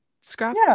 scrap